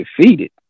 defeated